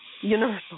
Universal